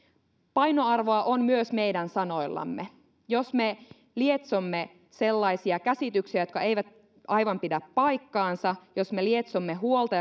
painoarvoa on myös meidän sanoillamme jos me lietsomme sellaisia käsityksiä jotka eivät aivan pidän paikkaansa jos me lietsomme huolta